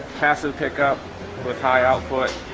passes pickup with high output,